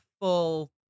full